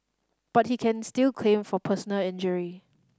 but he can still claim for personal injury